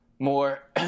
More